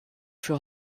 für